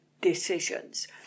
decisions